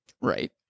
Right